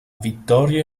vittorio